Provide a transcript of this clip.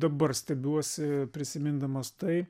dabar stebiuosi prisimindamas tai